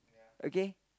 okay